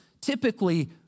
typically